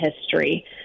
history